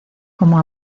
como